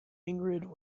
ingrid